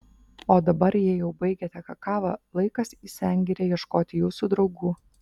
o dabar jei jau baigėte kakavą laikas į sengirę ieškoti jūsų draugų